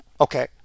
Okay